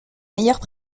meilleures